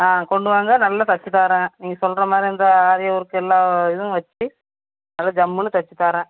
ஆ கொண்டு வாங்க நல்ல தச்சு தாரேன் நீங்கள் சொல்லுறமாரி இந்த ஆரி ஒர்க்கு எல்லா இதுவும் வச்சு நல்ல ஜம்முன்னு தச்சு தாரேன்